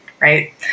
right